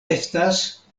estas